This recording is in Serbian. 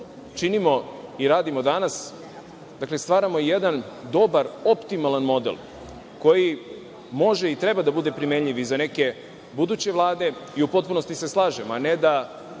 činimo i radimo danas, dakle, stvaramo jedan dobar optimalan model, koji može i treba da bude primenljiv i za neke buduće vlade i u potpunosti se slažemo, a ne da,